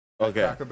Okay